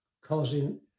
causing